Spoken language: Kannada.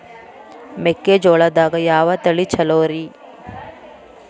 ಮೆಕ್ಕಿಜೋಳದಾಗ ಯಾವ ತಳಿ ಛಲೋರಿ?